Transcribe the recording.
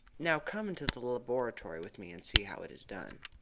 now come into the laboratory with me and see how it is done.